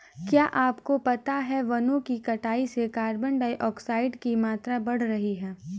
क्या आपको पता है वनो की कटाई से कार्बन डाइऑक्साइड की मात्रा बढ़ रही हैं?